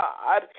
God